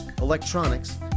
electronics